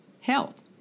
health